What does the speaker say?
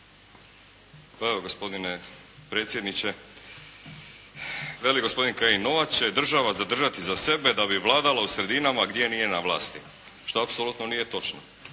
Pa evo gospodine predsjedniče. Veli gospodin Kajin, nova će država zadržati za sebe da bi vladala u sredinama gdje nije na vlasti, što apsolutno nije točno.